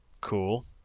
Cool